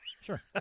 Sure